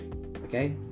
okay